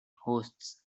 hosts